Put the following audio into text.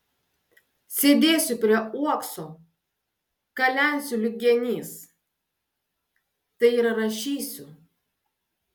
sėdėsiu prie uokso kalensiu lyg genys tai yra rašysiu